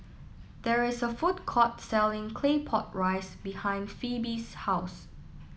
there is a food court selling Claypot Rice behind Phoebe's House